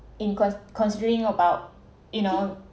in cons~ considering about you know